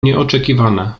nieoczekiwane